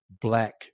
Black